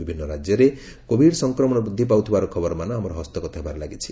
ବିଭିନ୍ନ ରାଜ୍ୟରେ କୋବିଡ୍ ସଂକ୍ରମଣ ବୃଦ୍ଧି ପାଉଥିବାର ଖବରମାନ ଆମର ହସ୍ତଗତ ହେବାରେ ଲାଗିଛି